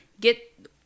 Get